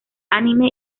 anime